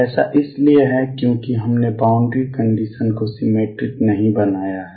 ऐसा इसलिए है क्योंकि हमने बाउंड्री कंडीशंस को सिमेट्रिक नहीं बनाया है